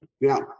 Now